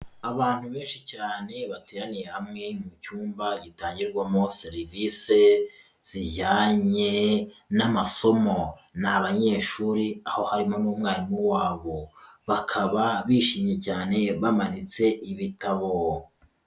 Abantu benshi cyane bateraniye hamwe mu cyumba gitangirwamo serivisi zijyanye n'amasomo, ni abanyeshuri aho harimo n'umwarimu wabo bakaba bishimye cyane bamanitse ibitabo.